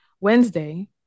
Wednesday